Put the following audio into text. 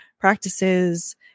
practices